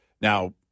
now